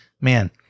man